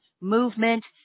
movement